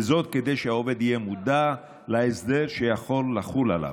וזאת כדי שהעובד יהיה מודע להסדר שיכול לחול עליו.